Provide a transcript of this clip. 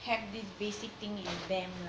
have this basic thing in them lah